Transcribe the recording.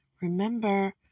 remember